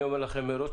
אני אומר לכם מראש,